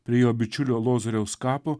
prie jo bičiulio lozoriaus kapo